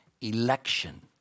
election